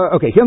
Okay